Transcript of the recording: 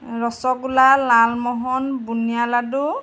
ৰসগোল্লা লালমোহন বুন্দিয়া লাডু